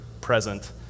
present